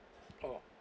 oh